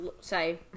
say